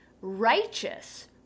righteous